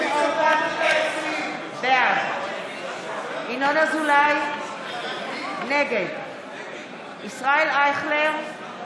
ניר אורבך, בעד ינון אזולאי, נגד ישראל אייכלר,